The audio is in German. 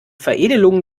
veredelung